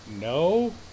No